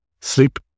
sleep